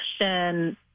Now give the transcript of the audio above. question